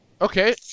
okay